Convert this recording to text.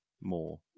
more